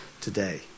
today